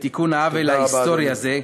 בתיקון העוול ההיסטורי הזה,